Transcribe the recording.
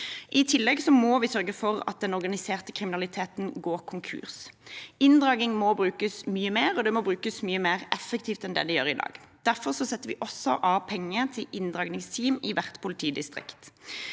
I tillegg må vi sørge for at den organiserte kriminaliteten går konkurs. Inndragning må brukes mye mer, og det må brukes mye mer effektivt enn det det gjør i dag. Derfor setter vi også av penger til inndragningsteam i hvert politidistrikt.